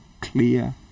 clear